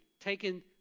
taken